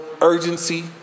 urgency